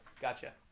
gotcha